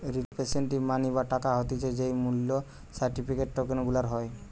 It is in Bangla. রিপ্রেসেন্টেটিভ মানি বা টাকা হতিছে যেই মূল্য সার্টিফিকেট, টোকেন গুলার হয়